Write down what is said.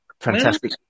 fantastic